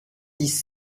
dix